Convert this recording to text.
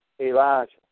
Elijah